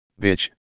bitch